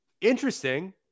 interesting